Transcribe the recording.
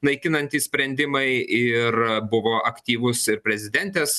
naikinantys sprendimai ir buvo aktyvūs ir prezidentės